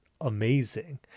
amazing